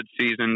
season